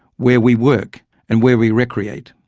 where we work and where we recreate.